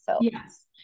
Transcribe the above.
Yes